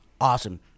Awesome